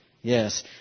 Yes